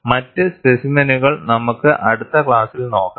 മറ്റ് സ്പെസിമെനുകൾ നമുക്ക് അടുത്ത ക്ലാസിൽ നോക്കാം